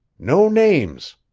no names!